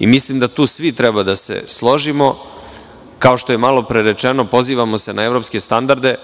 Mislim da tu svi treba da se složimo. Kao što je malopre rečeno, pozivamo se na evropske standarde,